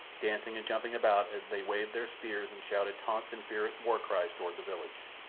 dancing and jumping about as they waved their spears and shouted taunts and fierce warcries toward the village.